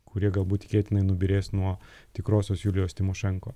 kurie galbūt tikėtinai nubyrės nuo tikrosios julijos tymošenko